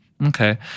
Okay